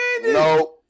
No